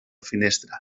finestra